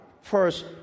First